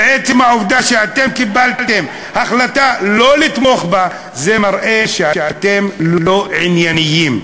ועצם העובדה שקיבלתם החלטה שלא לתמוך בה מראה שאתם לא ענייניים,